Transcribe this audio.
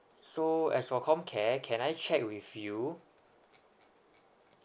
so as for comcare can I check with you